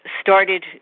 started